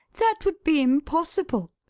that would be impossible.